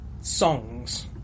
songs